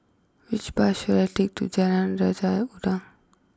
which bus should I take to Jalan Raja Udang